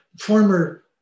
former